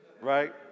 Right